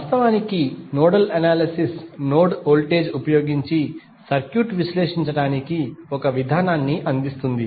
వాస్తవానికి nodal analysis node voltage ఉపయోగించి circuit ను విశ్లేషించడానికి ఒక విధానాన్ని అందిస్తుంది